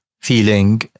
Feeling